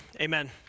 amen